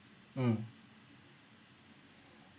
mm